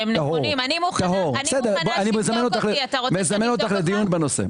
מזמן אותך לדיון בנושא.